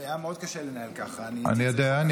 היה מאוד קשה לנהל ככה, אני יודע.